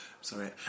Sorry